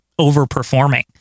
overperforming